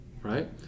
right